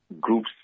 groups